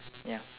ya